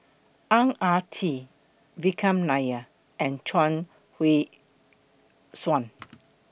Ang Ah Tee Vikram Nair and Chuang Hui Tsuan